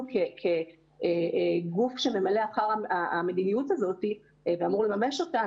אנחנו כגוף שממלא אחר המדיניות הזאת ואמור לממש אותה,